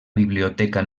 biblioteca